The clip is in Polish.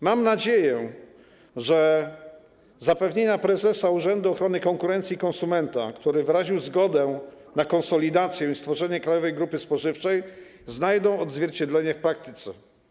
Mam nadzieję, że zapewnienia prezesa Urzędu Ochrony Konkurencji i Konsumentów, który wyraził zgodę na konsolidację i stworzenie Krajowej Grupy Spożywczej, znajdą odzwierciedlenie w praktyce.